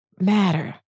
matter